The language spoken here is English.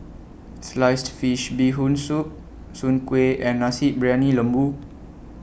Sliced Fish Bee Hoon Soup Soon Kueh and Nasi Briyani Lembu